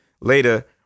later